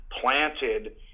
planted